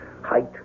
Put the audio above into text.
height